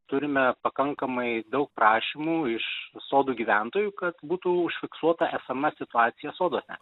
turime pakankamai daug prašymų iš sodų gyventojų kad būtų užfiksuota esama situacija soduose